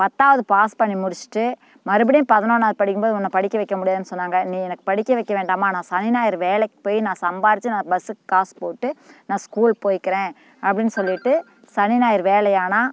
பத்தாவது பாஸ் பண்ணி முடிச்சுட்டு மறுபடியும் பதினொன்னாவது படிக்கும்போது உன்னை படிக்க வைக்க முடியாதுன்னு சொன்னாங்க நீ எனக்கு படிக்க வைக்க வேண்டாம்மா நான் சனி ஞாயிறு வேலைக்கு போய் நான் சம்பாரித்து நான் பஸ்ஸுக்கு காசு போட்டு நான் ஸ்கூல் போய்க்கிறேன் அப்படின்னு சொல்லிவிட்டு சனி ஞாயிறு வேலையானா